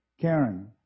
Karen